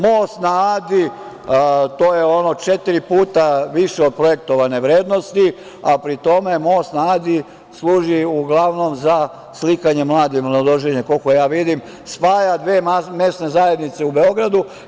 Most na Adi, to je ono četiri puta više od projektovane vrednosti, a pri tome most na Adi služi uglavnom za slikanje mlade i mladoženje, koliko ja vidim, spaja dve mesne zajednice u Beogradu.